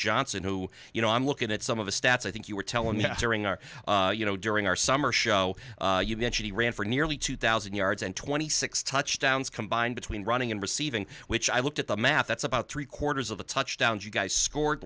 johnson who you know i'm looking at some of the stats i think you were telling us during our you know during our summer show you mentioned he ran for nearly two thousand yards and twenty six touchdowns combined between running and receiving which i looked at the math that's about three quarters of the touchdowns you guys scored